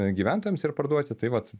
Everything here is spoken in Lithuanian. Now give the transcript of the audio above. gyventojams ir parduoti tai vat